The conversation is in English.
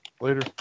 Later